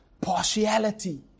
Partiality